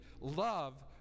love